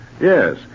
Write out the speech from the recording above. Yes